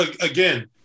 Again